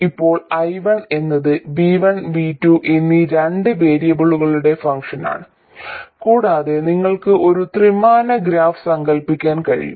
ഇപ്പോൾ I1 എന്നത് V1 V2എന്നീ രണ്ട് വേരിയബിളുകളുടെ ഫംഗ്ഷനാണ് കൂടാതെ നിങ്ങൾക്ക് ഒരു ത്രിമാന ഗ്രാഫ് സങ്കൽപ്പിക്കാൻ കഴിയും